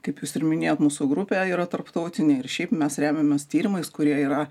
kaip jūs ir minėjot mūsų grupė yra tarptautinė ir šiaip mes remiamės tyrimais kurie yra